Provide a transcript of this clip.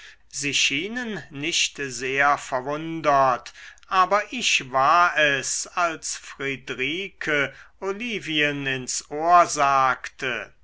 sie schienen nicht sehr verwundert aber ich war es als friedrike olivien ins ohr sagte